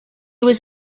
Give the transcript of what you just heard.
was